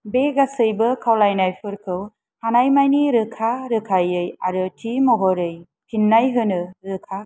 बे गासैबो खावलायनायफोरखौ हानाय मानि रोखा रोखायै आरो थि महरै फिननाय होनो रोखा खालाम